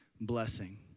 blessing